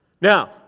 Now